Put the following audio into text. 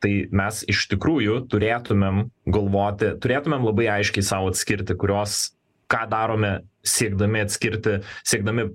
tai mes iš tikrųjų turėtumėm galvoti turėtumėm labai aiškiai sau atskirti kurios ką darome siekdami atskirti siekdami